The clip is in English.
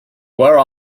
where